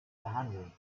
behandeln